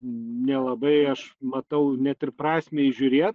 nelabai aš matau net ir prasmę įžiūrėt